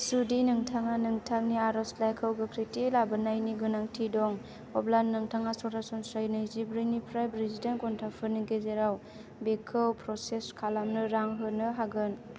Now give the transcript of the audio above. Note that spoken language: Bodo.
जुदि नोंथाङा नोंथांनि आर'जलाइखौ गोख्रैथि लाबोनायनि गोनांथि दं अब्ला नोंथाङा सरासनस्रायै नैजिब्रैनिफ्राय ब्रैजि दाइन घन्टाफोरनि गेजेराव बेखौ प्रसेस खालामनो रां होनो हागोन